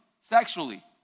sexually